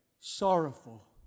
sorrowful